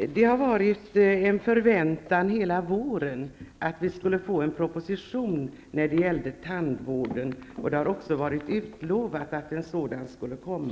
Hela våren har det funnits en förväntan att vi skulle få en proposition när det gäller tandvården. En sådan har också varit utlovad, men inte kommit.